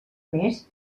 més